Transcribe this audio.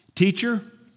Teacher